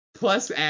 Plus